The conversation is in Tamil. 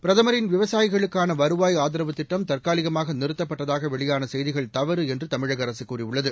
பிரதமரின் விவசாயிகளுக்கான வருவாய் ஆதரவு திட்டம் தற்காலிகமாக நிறுத்தப்பட்டதாக வெளியான செய்திகள் தவறு என்று தமிழக அரசு கூறியுள்ளது